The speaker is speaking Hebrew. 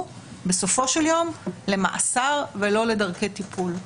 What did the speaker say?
בסופו של יום למאסר ולא לדרכי טיפול.